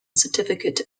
certificate